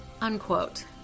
unquote